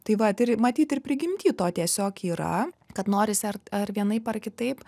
tai vat ir matyt ir prigimty to tiesiog yra kad norisi ar ar vienaip ar kitaip